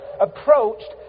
approached